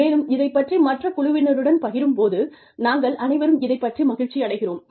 மேலும் இதைப் பற்றி மற்ற குழுவினருடன் பகிரும் போது நாங்கள் அனைவரும் இதைப் பற்றி மகிழ்ச்சியடைகிறோம்